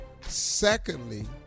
secondly